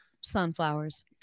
Sunflowers